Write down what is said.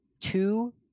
Two